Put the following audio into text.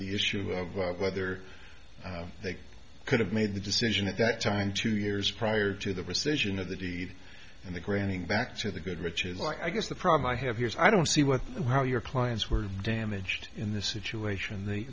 the issue of whether they could have made the decision at that time two years prior to the rescission of the deed and the granting back to the goodrich's like i guess the problem i have yours i don't see what how your clients were damaged in this situation the